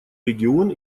регион